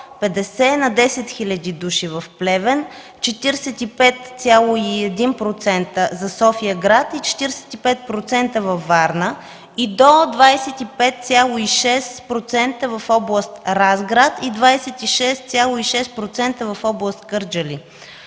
50 на 10 хиляди души в Плевен, 45,1% за София-град и 45% във Варна, и до 25,6% в област Разград, и 26,6% в област Кърджали.